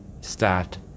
start